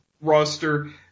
roster